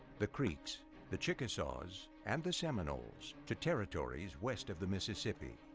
the creeks the chickasaws, and the seminoles to territories west of the mississippi.